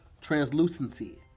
translucency